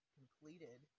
completed